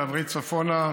תעברי צפונה,